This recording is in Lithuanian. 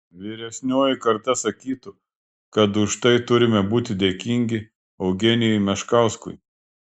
vyresnioji karta sakytų kad už tai turime būti dėkingi eugenijui meškauskui